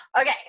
Okay